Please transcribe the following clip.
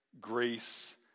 grace